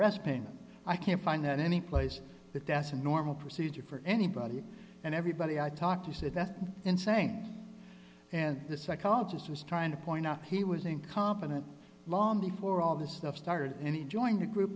painting i can't find that anyplace but that's a normal procedure for anybody and everybody i talked to said that's insane and the psychologist was trying to point out he was incompetent long before all this stuff started and he joined the group